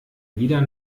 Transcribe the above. wieder